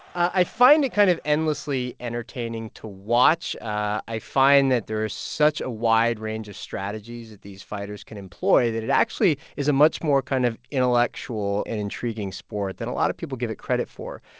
i find it kind of endlessly entertaining to watch. i find that there is such a wide range of strategies that these fighters can employ that it actually is a much more kind of intellectual and intriguing sport than a lot of people give it credit for.